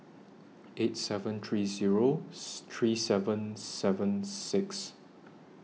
eight seven three Zero three seven seven six